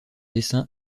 dessin